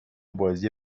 بازی